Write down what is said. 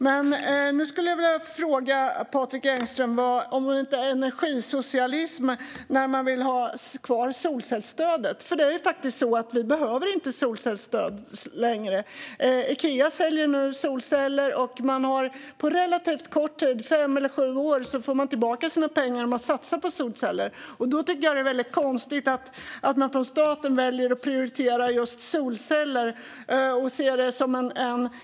Jag skulle vilja fråga Patrik Engström om det inte är energisocialism när man vill ha kvar solcellsstödet, för vi behöver faktiskt inte solcellsstöd längre. Ikea säljer nu solceller, och man får efter relativt kort tid, fem eller sju år, tillbaka sina pengar som man satsat på solceller. Då tycker jag att det är väldigt konstigt att staten väljer att prioritera just solceller.